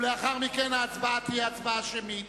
ולאחר מכן ההצבעה תהיה הצבעה שמית,